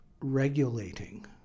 regulating